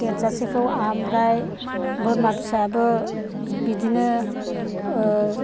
देरजासेखौ आमफ्राय बोरमा फिसायाबो बिदिनो